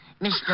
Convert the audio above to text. Mr